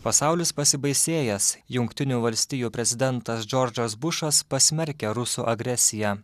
pasaulis pasibaisėjęs jungtinių valstijų prezidentas džordžas bušas pasmerkė rusų agresiją